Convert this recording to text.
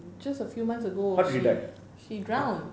how did she die